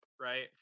right